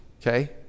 Okay